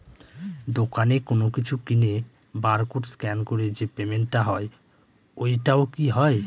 দোকানে কোনো কিছু কিনে বার কোড স্ক্যান করে যে পেমেন্ট টা হয় ওইটাও কি হয়?